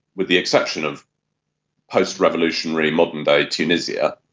with the exception of postrevolutionary modern-day tunisia,